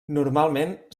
normalment